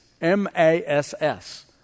M-A-S-S